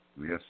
Yes